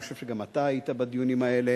אני חושב שגם אתה היית בדיונים האלה,